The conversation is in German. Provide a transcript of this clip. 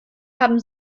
haben